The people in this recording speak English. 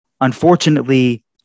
Unfortunately